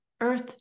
Earth